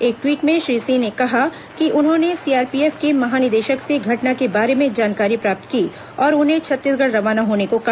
एक ट्वीट में श्री सिंह ने कहा कि उन्होंने सीआरपीएफ के महानिदेशक से घटना के बारे में जानकारी प्राप्त की और उन्हें छत्तीसगढ़ रवाना होने को कहा